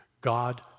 God